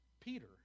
Peter